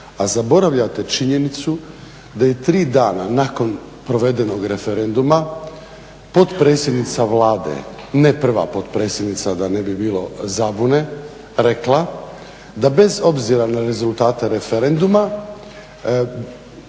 a zaboravljate činjenicu da je tri dana nakon provedenog referenduma potpredsjednica Vlade, ne prva potpredsjednica da ne bi bilo zabune rekla, da bez obzira na rezultate referenduma